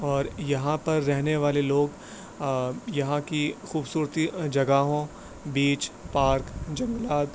اور یہاں پر رہنے والے لوگ یہاں کی خوبصورتی جگہوں بیچ پارک جنگلات